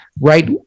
right